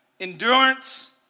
Endurance